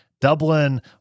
Dublin